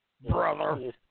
Brother